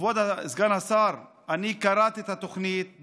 כבוד סגן השר, קראתי את התוכנית.